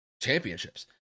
championships